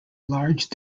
large